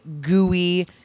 gooey-